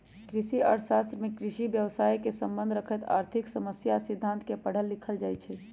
कृषि अर्थ शास्त्र में कृषि व्यवसायसे सम्बन्ध रखैत आर्थिक समस्या आ सिद्धांत के पढ़ल लिखल जाइ छइ